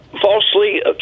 falsely